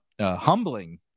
humbling